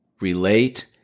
relate